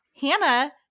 Hannah